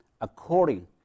according